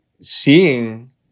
seeing